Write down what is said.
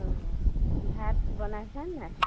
অ ভাত বনাইছা নে নাই